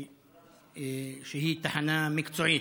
שהיא תחנה מקצועית,